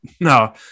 no